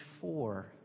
four